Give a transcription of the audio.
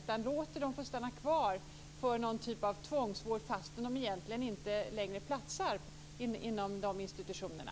Man låter dem stanna kvar i någon typ av tvångsvård, fast de egentligen inte längre platsar inom de institutionerna.